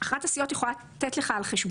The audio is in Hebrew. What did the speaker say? אלא אם אחת הסיעות תיתן לו להיות על חשבונה.